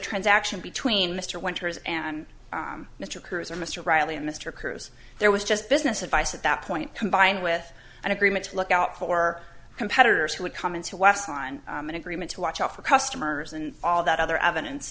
transaction between mr winters and mr cruz or mr reilly and mr cruz there was just business advice at that point combined with an agreement to look out for competitors who would come into us on an agreement to watch out for customers and all that other evidence